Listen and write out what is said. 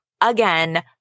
again